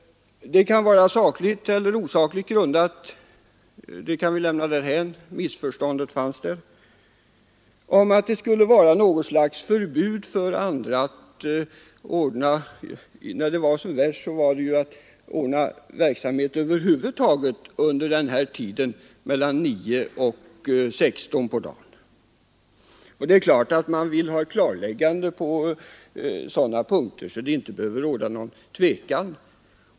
Det kan vara sakligt eller osakligt grundat — det kan vi lämna därhän, men missförståndet fanns där och gick ut på att det skulle vara något slags förbud för andra att ordna sådan verksamhet över huvud taget — som man sade när det var som värst — mellan kl. 9 och 16 på dagen. Det är uppenbart att man vill klarlägga sådana punkter, så att det inte behöver råda någon tvekan.